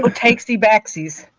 but takes the taxis